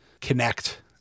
connect